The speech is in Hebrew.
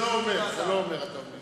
זה לא אומר, אתה אומר.